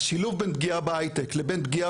השילוב בין פגיעה בהיי-טק לבין פגיעה